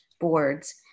boards